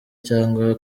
cyangwa